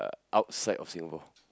uh outside of Singapore